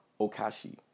Okashi